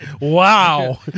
Wow